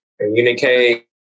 Communicate